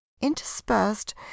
interspersed